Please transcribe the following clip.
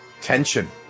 Tension